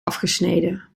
afgesneden